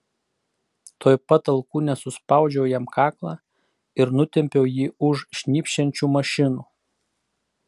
tuoj pat alkūne suspaudžiau jam kaklą ir nutempiau jį už šnypščiančių mašinų